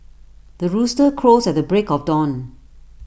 the rooster crows at the break of dawn